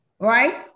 Right